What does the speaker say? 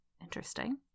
interesting